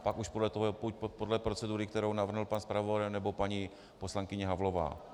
Pak už podle procedury, kterou navrhl pan zpravodaj nebo paní poslankyně Havlová.